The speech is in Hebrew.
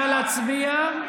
נא להצביע.